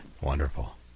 Wonderful